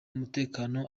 umutekano